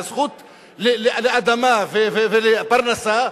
והזכות לאדמה ולפרנסה,